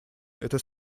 это